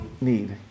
need